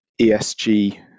ESG